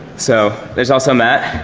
so there's also matt.